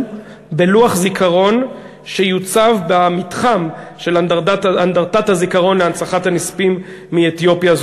בלוח זיכרון שיוצב במתחם של אנדרטת הזיכרון להנצחת הנספים מאתיופיה,